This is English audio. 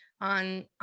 on